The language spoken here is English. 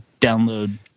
download